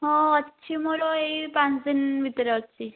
ହଁ ଅଛି ମୋର ଏଇ ପାଞ୍ଚ ଦିନ ଭିତରେ ଅଛି